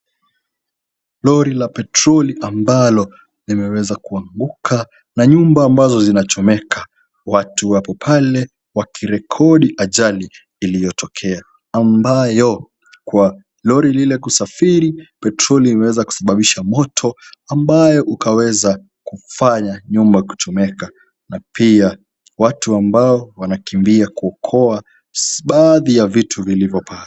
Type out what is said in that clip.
Lori la petroli ambalo limeweza kuanguka na nyumba ambazo zinachomeka. Watu wapo pale wakirekodi ajali iliyotokea, ambayo kwa lori lile kusafiri petroli imeweza kusababisha moto ambayo ikaweza kufanya nyumba kuchomeka na pia watu ambao wanakimbia kuokoa baadhi ya vitu vilivyo pale.